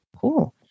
Cool